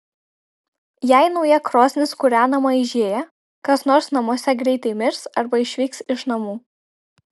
jei nauja krosnis kūrenama aižėja kas nors namuose greitai mirs arba išvyks iš namų